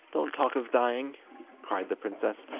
don't talk of dying cried the princess,